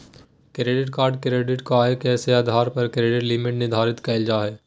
credit card credit score, आय के आधार पर क्रेडिट लिमिट निर्धारित कयल जा हइ